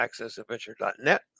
accessadventure.net